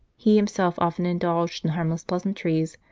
he himself often indulged in harmless pleasantries,